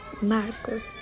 Marcos